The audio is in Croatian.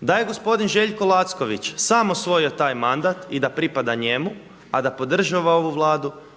Da je gospodin Željko Lacković sam osvojio taj mandat i da pripada njemu, a da podržava ovu Vladu,